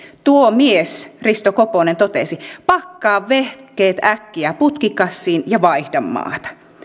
tuo mies risto koponen totesi pakkaa vehkeet äkkiä putkikassiin ja vaihda maata